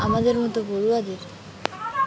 আমাদের মতো পড়ুয়াদের